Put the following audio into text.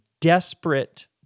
desperate